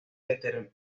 detenida